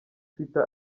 twitter